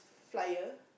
flyer